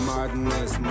Madness